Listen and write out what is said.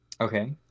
Okay